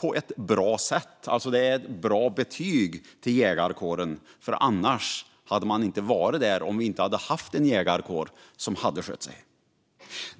på ett bra sätt. Det är ett bra betyg till jägarkåren, för om vi inte hade haft en jägarkår som skött sig hade det inte varit så.